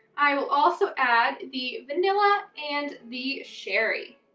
i will also add the vanilla and the sherry.